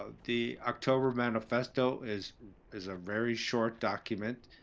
ah the october manifesto is is a very short document.